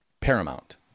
paramount